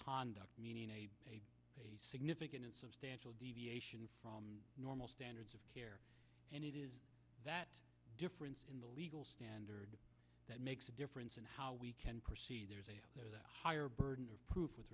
conduct meaning a significant and substantial deviation from normal standards of care and it is that difference in the legal standard that makes a difference and how we can proceed there's a higher burden of proof with